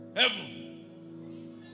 heaven